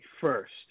first